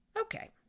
Okay